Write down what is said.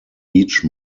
each